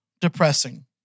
depressing